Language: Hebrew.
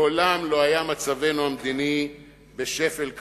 מעולם לא היה מצבנו המדיני בשפל כזה,